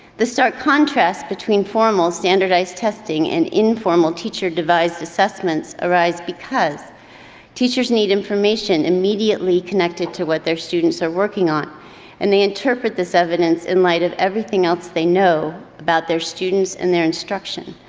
the stark contrast between formal standardized testing and informal teacher devised assessments arise because teachers need information immediately connected to what their students are working on and they interpret this evidence in light of everything else they know about their students and their instruction.